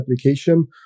application